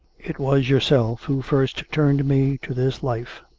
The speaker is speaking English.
it was yourself who first turned me to this life,